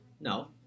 No